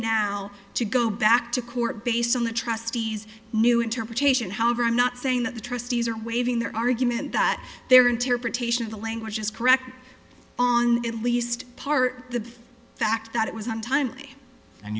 now to go back to court based on the trustees new interpretation however i'm not saying that the trustees are waving their argument that their interpretation of the language is correct on at least part the fact that it was on time and